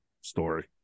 story